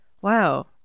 wow